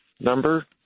number